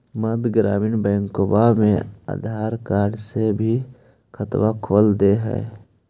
मध्य ग्रामीण बैंकवा मे आधार कार्ड से भी खतवा खोल दे है?